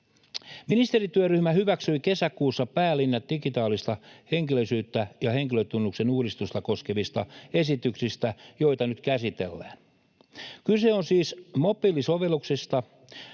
Ministerityöryhmä hyväksyi kesäkuussa päälinjat digitaalista henkilöllisyyttä ja henkilötunnuksen uudistusta koskevista esityksistä, joita nyt käsitellään. Kyse on siis mobiilisovelluksista,